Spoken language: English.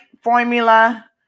formula